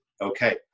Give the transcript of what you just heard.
okay